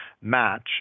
match